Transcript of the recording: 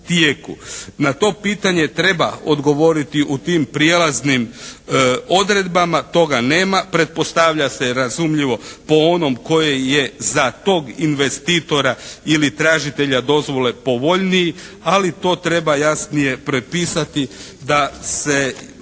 Na to pitanje treba odgovoriti u tim prijelaznim odredbama. Toga nema. Pretpostavlja se razumljivo po onom koje je za tog investitora ili tražitelja dozvole povoljniji. Ali to treba jasnije prepisati da se